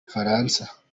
bufaransa